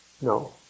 No